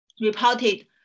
reported